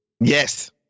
Yes